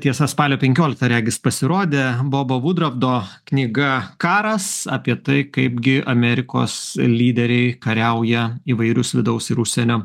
tiesa spalio penkioliktą regis pasirodė bobo vudravdo knyga karas apie tai kaipgi amerikos lyderiai kariauja įvairius vidaus ir užsienio